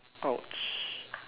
!ouch!